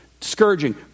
scourging